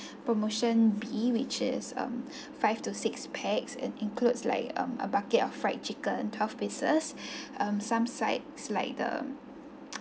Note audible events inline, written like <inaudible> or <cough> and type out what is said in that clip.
<breath> promotion B which is um <breath> five to six pax and includes like um a bucket of fried chicken twelve pieces <breath> um some side is like the